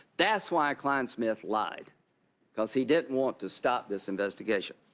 that's why klein smith lied because he didn't want to stop this investigation.